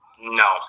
No